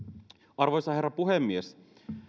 arvoisa herra puhemies